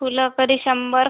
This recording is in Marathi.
फुलं तरी शंभर